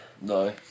No